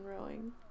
rowing